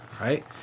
right